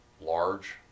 large